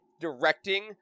directing